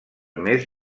més